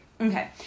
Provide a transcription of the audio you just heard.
Okay